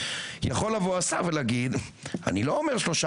יכול לבוא השר ולהגיד: אני לא אומר לגבי שלושה